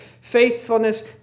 faithfulness